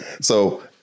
So-